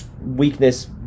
weakness